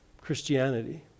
Christianity